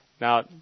now